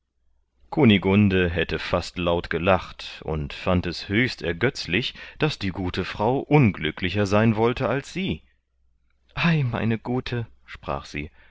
kunigunde hätte fast laut gelacht und fand es höchst ergötzlich daß die gute frau unglücklicher seine wollte als sie ei meine gute sprach sie